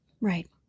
Right